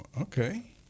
Okay